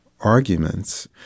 arguments